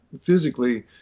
physically